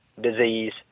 disease